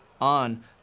on